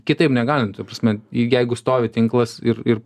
kitaip negalim ta prasme jeigu stovi tinklas ir ir